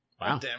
Wow